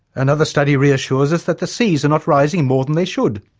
another study reassures us that the seas are not rising more than they should,